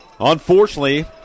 Unfortunately